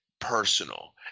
personal